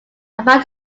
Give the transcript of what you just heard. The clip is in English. about